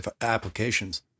applications